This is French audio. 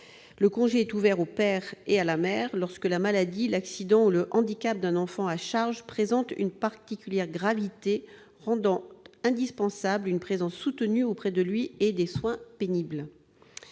Celui-ci est ouvert au père et à la mère lorsque la maladie, l'accident ou le handicap d'un enfant à charge présente une particulière gravité, rendant indispensables une présence soutenue auprès de lui et des soins pénibles.